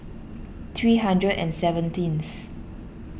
three hundred and seventeenth